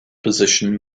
position